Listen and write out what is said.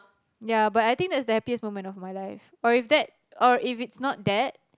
ya but I think that's the happiest moment of my life or if that or if it's not that